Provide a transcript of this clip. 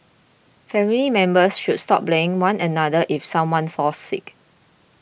family members should stop blaming one another if someone falls sick